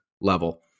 level